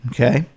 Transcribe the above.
Okay